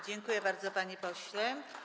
Dziękuję bardzo, panie pośle.